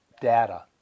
data